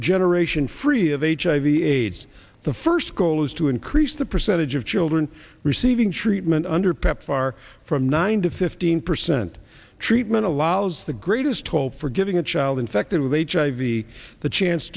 a generation free of hiv aids the first goal is to increase the percentage of children receiving treatment under pepfar from nine to fifteen percent treatment allows the greatest hope for giving a child infected with hiv the chance